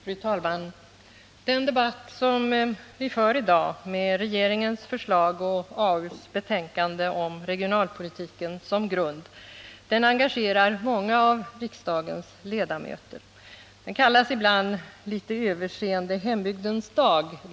Fru talman! Den debatt som vi i dag för med regeringens förslag och arbetsmarknadsutskottets betänkande om regionalpolitiken som grund engagerar många av riksdagens ledamöter. Den dag vi debatterar regionalpolitiken kallas ibland litet raljerande ”hembygdens dag”.